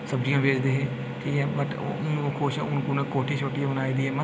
सब्जियां बेचदे हे ठीक ऐ बट्ट हून ओह् खुश ऐ हून उ'न्नै कोठी शोठी बनाई दी ऐ